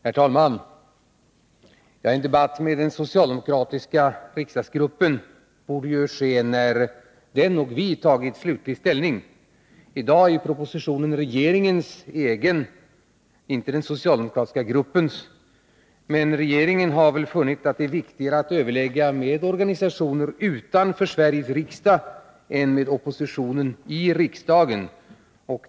Herr talman! En debatt med den socialdemokratiska riksdagsgruppen borde ju ske när den och vi tagit slutlig ställning. I dag är propositionen regeringens egen, inte den socialdemokratiska gruppens. Men regeringen har väl funnit att det är viktigare att överlägga med organisationer utanför Sveriges riksdag än med oppositionen i riksdagen.